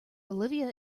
olivia